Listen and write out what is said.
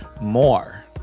more